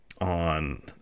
on